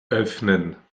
öffnen